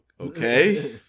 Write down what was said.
okay